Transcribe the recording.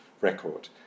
record